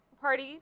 Party